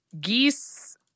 geese